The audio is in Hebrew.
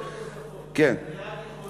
עוד שתי דקות נוספות.